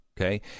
okay